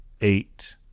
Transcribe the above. eight